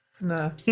no